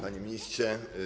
Panie Ministrze!